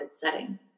setting